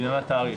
תיקון סעיף